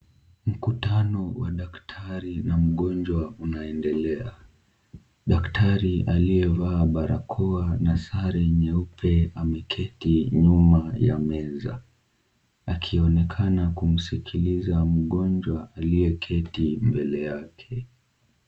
Mkutano wa daktari na mgonjwa unaendelea. Daktari aliyevaa barakoa na sare nyeupe ameketi nyuma ya meza, akionekana kumsikiliza mgonjwa aliyeketi mbele yake.